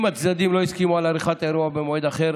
אם הצדדים לא הסכימו על עריכת האירוע במועד אחר,